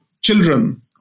children